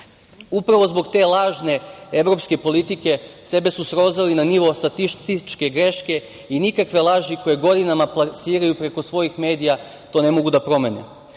uspeha. Upravo zbog te lažne evropske politike sebe su srozali na nivo statističke greške i nikakve laži koje godinama plasiraju preko svojih medija to ne mogu da promene.